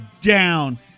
down